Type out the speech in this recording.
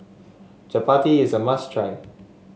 Chapati is a must try